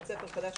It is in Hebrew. לבית ספר חדש.